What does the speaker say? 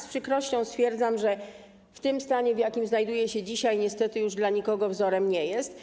Z przykrością stwierdzam, że w tym stanie, w jakim znajduje się dzisiaj, niestety już dla nikogo wzorem nie jest.